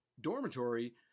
dormitory